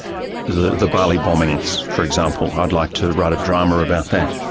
the the bali bombings, for example, i'd like to write a drama about that.